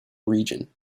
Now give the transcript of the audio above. region